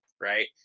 right